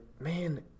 man